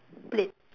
plate